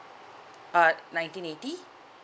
uh nineteen eighty